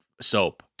soap